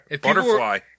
butterfly